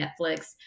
Netflix